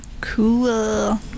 Cool